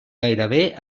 gairebé